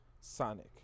Sonic